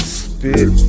spit